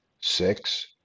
Six